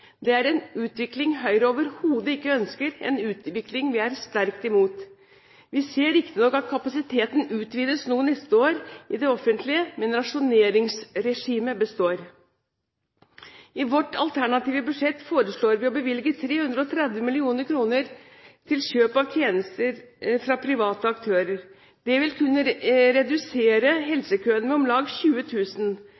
Det er en utvikling Høyre overhodet ikke ønsker, en utvikling vi er sterkt imot. Vi ser riktignok at kapasiteten neste år utvides noe i det offentlige, men rasjoneringsregimet består. I vårt alternative budsjett foreslår vi å bevilge 330 mill. kr til kjøp av tjenester fra private aktører. Det vil kunne redusere